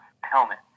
helmet